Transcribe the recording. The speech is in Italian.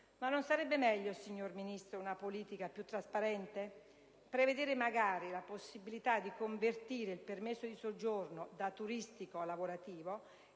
Non sarebbe meglio, signor Ministro una politica più trasparente? Non sarebbe meglio prevedere, magari, la possibilità di convertire il permesso di soggiorno da turistico a lavorativo,